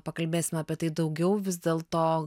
pakalbėsim apie tai daugiau vis dėlto